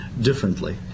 differently